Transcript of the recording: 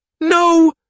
No